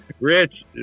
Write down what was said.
Rich